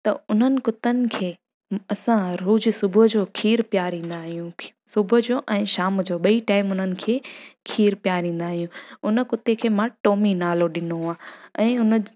त उन्हनि कुतनि खे असां रोज़ु सुबुह जो खीरु पीआरींदा आहियूं सुबुह जो ऐं शाम जो ॿई टाइम उन्हनि खे खीरु पीआरींदा आहियूं उन कुते खे मां टॉमी नालो ॾिनो आहे ऐं उन